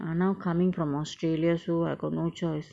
ah now coming from australia so I got no choice